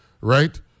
right